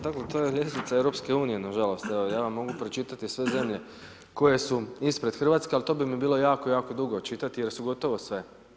Dakle, to je ljestvica EU nažalost, evo ja vam mogu pročitati sve zemlje koje su ispred RH, ali to bi mi bilo jako jako dugo čitati jer su gotovo sve.